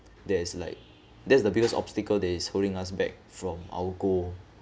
that is like that's the biggest obstacle that is holding us back from our goal